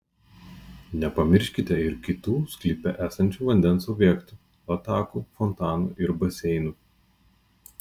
nepamirškite ir kitų sklype esančių vandens objektų latakų fontanų ir baseinų